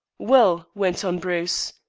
well, went on bruce,